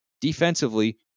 Defensively